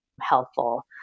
helpful